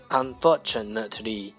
unfortunately 。